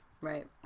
right